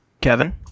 Kevin